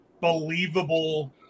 believable